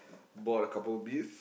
bought a couple of beers